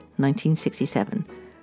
1967